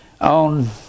on